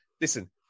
listen